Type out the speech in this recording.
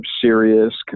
serious